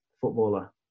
footballer